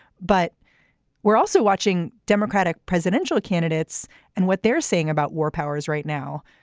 but we're also watching democratic presidential candidates and what they're seeing about war powers right now.